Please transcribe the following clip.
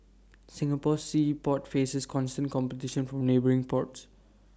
Singapore's sea port faces constant competition from neighbouring ports